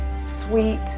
sweet